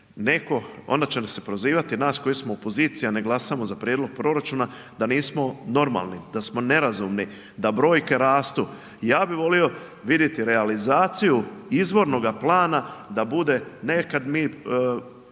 netko, onda će nas se prozivati nas koji smo u opoziciji, a ne glasamo za prijedlog proračuna, da nismo normalni, da smo nerazumni, da brojke rastu. Ja bih volio vidjeti realizaciju izvornoga plana da bude, ne kad mi